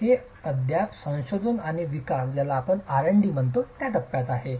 हे अद्याप संशोधन आणि विकास टप्प्यात आहे